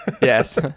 Yes